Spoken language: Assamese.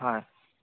হয়